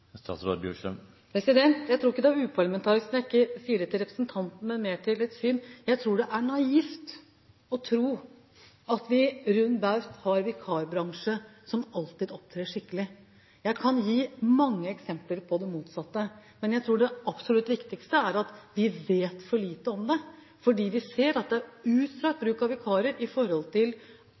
Jeg tror ikke det er uparlamentarisk når jeg ikke sier det til representanten, men sier det mer om et syn: Jeg tror det er naivt å tro at vi rund baut har en vikarbransje som alltid opptrer skikkelig. Jeg kan gi mange eksempler på det motsatte, men jeg tror det absolutt viktigste er at vi vet for lite om det, fordi vi ser at når det gjelder vikarer, er det en utstrakt bruk av